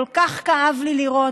כל כך כאב לי לראות,